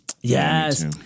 Yes